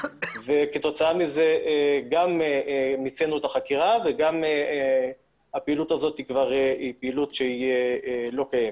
כתוצאה מזה גם מיצינו את החקירה וגם הפעילות הזו היא פעילות שלא קיימת.